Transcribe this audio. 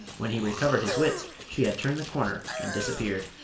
when he recovered his wits she had turned the corner and disappeared.